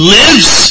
lives